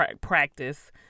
practice